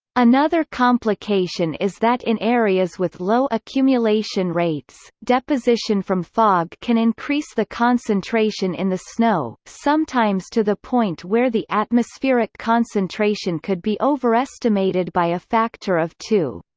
another complication is that in areas with low accumulation rates, deposition from fog can increase the concentration in the snow, sometimes to the point where the atmospheric concentration could be overestimated by a factor of two.